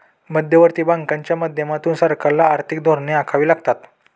मध्यवर्ती बँकांच्या माध्यमातून सरकारला आर्थिक धोरणे आखावी लागतात